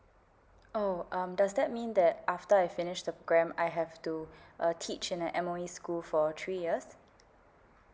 oh um does that mean that after I finish the programme I have to uh teach in a M_O_E school for three years